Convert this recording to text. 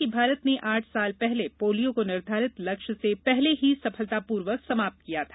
उन्होंने कहा कि भारत ने आठ साल पहले पोलियो को निर्धारित लक्ष्य से पूर्व ही सफलतापूर्वक समाप्त किया था